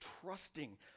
trusting